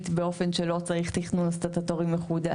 באופן שלא מצריך תכנון סטטוטורי מחודש,